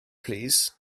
plîs